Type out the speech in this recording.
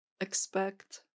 expect